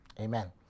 Amen